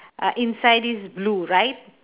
uh inside is blue right